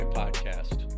podcast